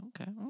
okay